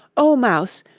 o mouse,